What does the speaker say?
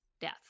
death